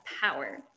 power